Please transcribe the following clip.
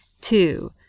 two